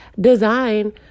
design